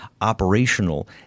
operational